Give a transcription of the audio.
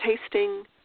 tasting